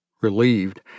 Relieved